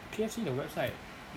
K_F_C 的 website